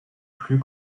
plus